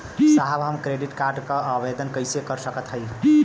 साहब हम credit card क आवेदन कइसे कर सकत हई?